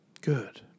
good